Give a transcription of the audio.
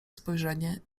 spojrzenie